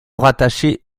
rattacher